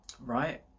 right